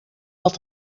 had